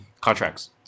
Contracts